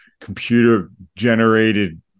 computer-generated